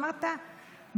אמרת,